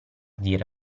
dire